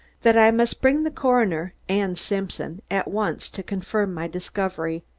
that i must bring the coroner and simpson at once to confirm my discovery.